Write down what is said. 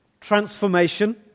transformation